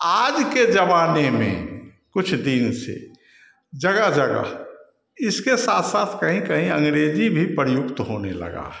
आज के जमाने में कुछ दिन से जगह जगह इसके साथ साथ कहीं कहीं अंग्रेजी भी प्रयुक्त होने लगा है